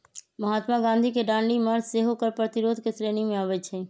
महात्मा गांधी के दांडी मार्च सेहो कर प्रतिरोध के श्रेणी में आबै छइ